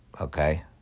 okay